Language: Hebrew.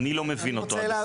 אני לא מבין אותו עד הסוף.